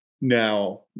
Now